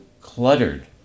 cluttered